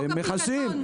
חוק הפיקדון.